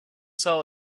saw